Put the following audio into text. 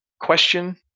question